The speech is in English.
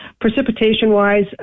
Precipitation-wise